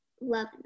love